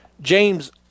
James